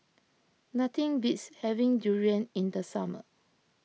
nothing beats having durian in the summer